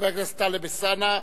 חבר הכנסת טלב אלסאנע,